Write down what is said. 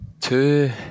Two